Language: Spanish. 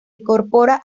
incorpora